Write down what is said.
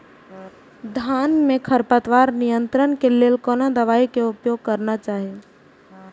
धान में खरपतवार नियंत्रण के लेल कोनो दवाई के उपयोग करना चाही?